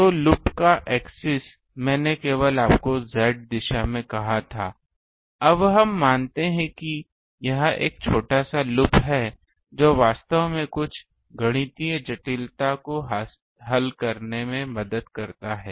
तो लूप का एक्सिस मैंने केवल आपको Z दिशा में कहा था अब हम मानते हैं कि यह एक छोटा सा लूप है जो वास्तव में कुछ गणितीय जटिलता को हल करने में मदद करता है